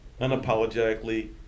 unapologetically